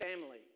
family